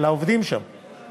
מעל 50% מהאנשים שנפגעים מתפטרים,